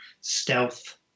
stealth